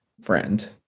friend